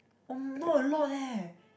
oh not a lot eh